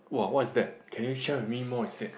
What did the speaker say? whoa what is that can you share with me more instead